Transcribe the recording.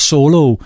Solo